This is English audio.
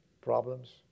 problems